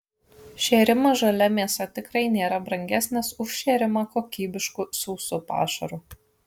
šėrimas žalia mėsa tikrai nėra brangesnis už šėrimą kokybišku sausu pašaru